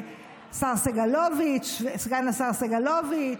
סגן השר סגלוביץ'